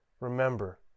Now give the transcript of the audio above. Remember